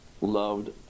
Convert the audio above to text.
loved